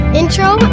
intro